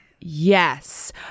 Yes